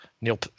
Neil